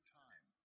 time